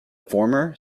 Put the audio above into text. former